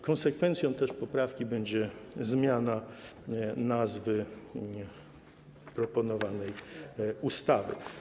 Konsekwencją poprawki będzie zmiana nazwy proponowanej ustawy.